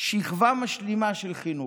שכבה משלימה של חינוך.